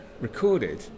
recorded